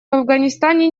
афганистане